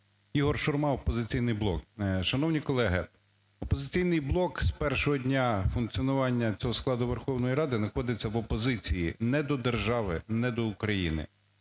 Ігор Шурма, "Опозиційний блок". Шановні колеги, "Опозиційний блок" з першого дня функціонування цього складу Верховної Ради находиться в опозиції не до держави, не до України,